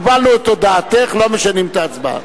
קיבלנו את הודעתך, לא משנים את ההצבעה.